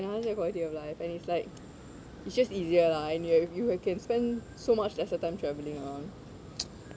their quality of life and it's like it's just easier lah and ya if you can spend so much lesser time travelling on